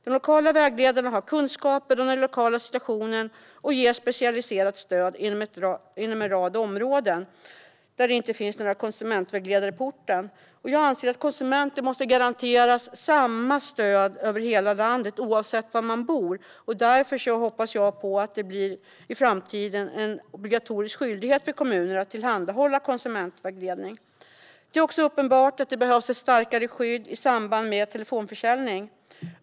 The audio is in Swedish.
De lokala vägledarna har kunskap om den lokala situationen och ger specialiserat stöd inom en rad områden. Ibland finns det inte någon konsumentvägledare på orten. Jag anser att konsumenter måste garanteras samma stöd över hela landet. Därför hoppas jag på att det i framtiden blir en obligatorisk skyldighet för kommuner att tillhandahålla konsumentvägledning. Det är också uppenbart att det behövs ett starkare skydd i samband med telefonförsäljning.